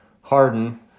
Harden